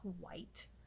white